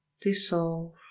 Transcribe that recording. dissolve